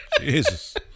Jesus